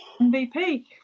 MVP